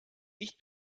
nicht